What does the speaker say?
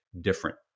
different